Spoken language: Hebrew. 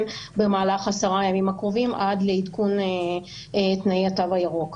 במהלך עשרה הימים הקרובים עד לעדכון תנאי התו הירוק.